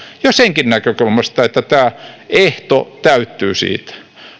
jo senkin näkökulmasta että tämä ehto täyttyy siitä